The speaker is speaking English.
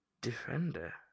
Defender